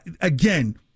Again